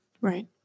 right